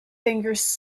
fingers